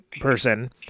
person